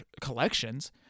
collections